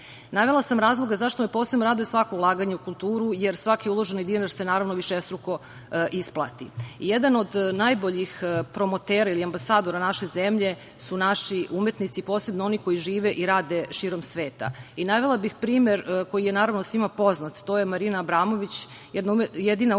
Srbiji. Navela sam razlog zašto me posebno raduje svako ulaganje u kulturu, jer svaki uloženi dinar se naravno višestruko isplati. Jedan od najboljih promotera ili ambasadora naše zemlje su naši umetnici, posebno oni koji žive i rade širom sveta. Navela bih primer koji je naravno svima poznat, a to je Marina Abramović, jedina umetnica